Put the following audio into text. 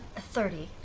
a thirty?